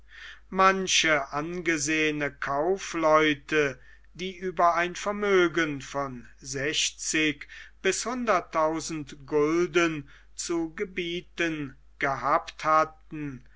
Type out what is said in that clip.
manche angesehene kaufleute die über ein vermögen von sechzig bis hunderttausend gulden zu gebieten gehabt hatten